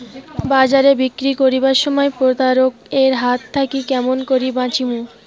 বাজারে বিক্রি করিবার সময় প্রতারক এর হাত থাকি কেমন করি বাঁচিমু?